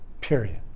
Period